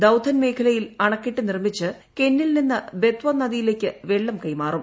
ദൌധൻ മേഖലയിൽ അണക്കെട്ട് നിർമ്മിച്ച് കെന്നിൽ നിന്ന് ബെത്വ നദിയിലേക്ക് വെള്ളം കൈമാറും